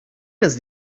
does